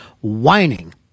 whining